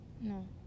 No